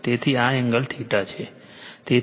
તેથી આ એંગલ છે તેથી